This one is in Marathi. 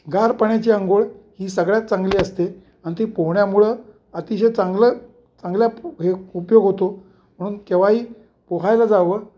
गार पाण्याची आंघोळ ही सगळ्यात चांगली असते आणि ती पोहण्यामुळं अतिशय चांगलं चांगल्या हे उपयोग होतो म्हणून केव्हाही पोहायला जावं